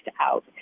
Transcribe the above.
out